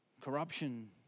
corruption